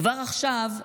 כבר עכשיו,